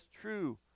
true